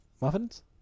muffins